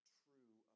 true